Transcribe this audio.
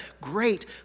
great